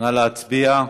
נא להצביע.